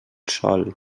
sol